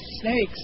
snakes